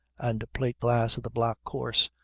and plateglass of the black horse,